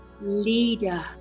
leader